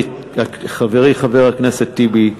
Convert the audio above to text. חברי חבר הכנסת טיבי,